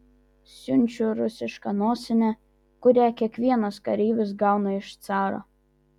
siunčiu rusišką nosinę kurią kiekvienas kareivis gauna iš caro